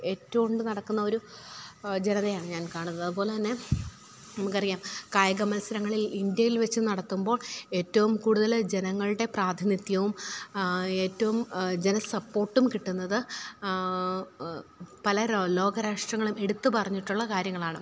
ഏറ്റു കൊണ്ട് നടക്കുന്ന ഒരു ജനതയാണ് ഞാൻ കാണുന്നത് അതുപോലെ തന്നെ നമുക്ക് അറിയാം കായിക മത്സരങ്ങളിൽ ഇന്ത്യയിൽ വെച്ച് നടത്തുമ്പോൾ ഏറ്റവും കൂടുതൽ ജനങ്ങളുടെ പ്രാതിനിധ്യവും ഏറ്റവും ജന സപ്പോർട്ടും കിട്ടുന്നത് പല ലോകരാഷ്ട്രങ്ങളും എടുത്ത് പറഞ്ഞിട്ടുള്ള കാര്യങ്ങളാണ്